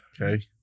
Okay